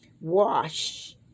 Wash